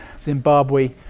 Zimbabwe